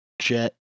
jet